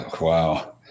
Wow